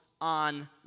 on